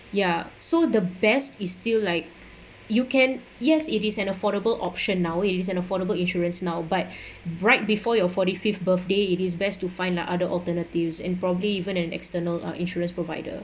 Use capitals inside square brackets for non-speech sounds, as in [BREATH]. ya so the best is still like you can yes it is an affordable option now it is an affordable insurance now but [BREATH] right before your forty fifth birthday it is best to find uh other alternatives and probably even an external uh insurance provider